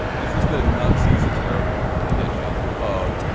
this is the nuts. he's a terrible addition of.